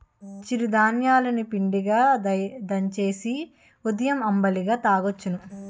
చిరు ధాన్యాలు ని పిండిగా దంచేసి ఉదయం అంబలిగా తాగొచ్చును